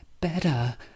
better